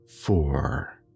four